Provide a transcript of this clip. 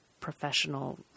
professional